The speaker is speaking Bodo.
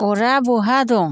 अरा बहा दं